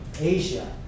Asia